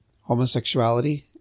homosexuality